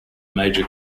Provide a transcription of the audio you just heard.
major